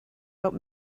out